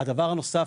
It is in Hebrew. הדבר הנוסף,